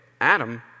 Adam